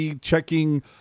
checking